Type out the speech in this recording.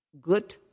good